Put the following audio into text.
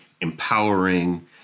empowering